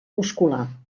muscular